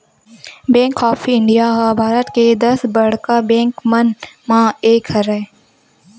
bank of India ह भारत के दस बड़का बेंक मन म एक हरय